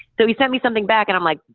so, he sent me something back and i'm like,